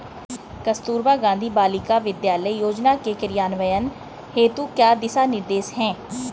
कस्तूरबा गांधी बालिका विद्यालय योजना के क्रियान्वयन हेतु क्या दिशा निर्देश हैं?